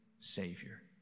Savior